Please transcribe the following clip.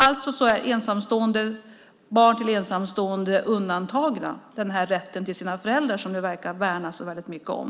Alltså är barn till ensamstående undantagna den här rätten till sina föräldrar som det verkar värnas så mycket om.